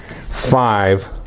five